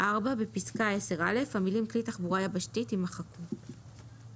התשל"ג- 1973,";